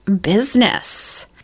business